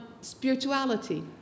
spirituality